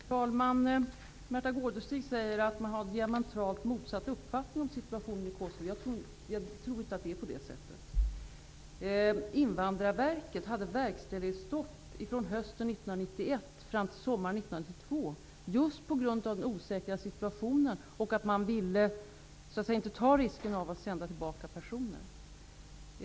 Fru talman! Märtha Gårdestig säger att det finns en diametralt motsatt uppfattning om situationen i Kosovo. Jag tror inte att det är på det sättet. Invandrarverket hade från hösten 1991 fram till sommaren 1992 verkställighetsstopp just på grund av den osäkra situationen och därför att man inte ville ta risken med att sända tillbaka personer.